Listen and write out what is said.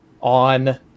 on